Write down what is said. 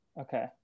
Okay